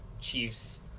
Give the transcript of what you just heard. Chiefs